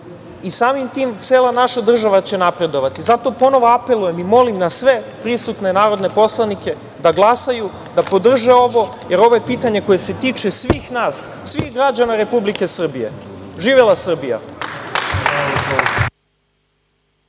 i samim tim cela naša država će napredovati. Zato ponovo apelujem i molim na sve prisutne narodne poslanike da glasaju, da podrže ovo, jer ovo je pitanje koje se tiče svih nas, svih građana Republike Srbije. Živela Srbija.